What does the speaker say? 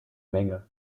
menge